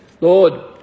Lord